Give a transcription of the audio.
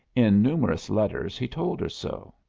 in numerous letters he told her so.